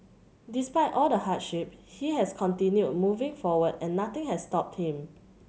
despite all the hardship he has continued moving forward and nothing has stopped him